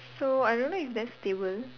so I don't know if that's stable